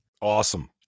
Awesome